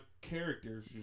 characters